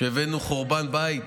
כשהבאנו חורבן בית